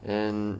and